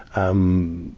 um,